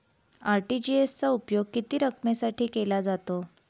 RTGS चा उपयोग किती रकमेसाठी केला जातो?